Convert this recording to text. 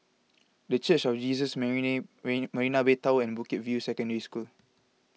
the Church of Jesus Marina Bay Tower and Bukit View Secondary School